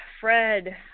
Fred